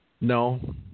no